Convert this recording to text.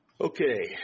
Okay